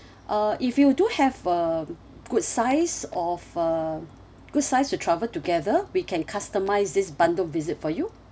uh if you do have a good size of a good size to travel together we can customise this bandung visit for you